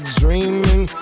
dreaming